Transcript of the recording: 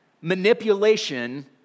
manipulation